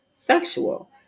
sexual